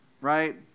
right